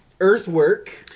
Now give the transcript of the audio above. Earthwork